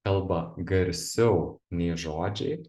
kalba garsiau nei žodžiai